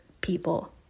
people